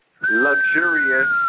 luxurious